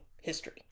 history